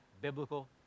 biblical